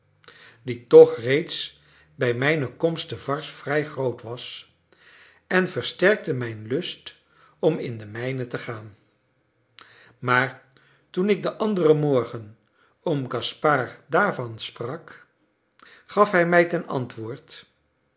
die toch reeds bij mijne komst te varses vrij groot was en versterkte mijn lust om in de mijnen te gaan maar toen ik den anderen morgen oom gaspard daarvan sprak gaf hij mij ten antwoord